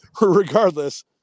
regardless